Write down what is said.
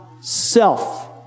self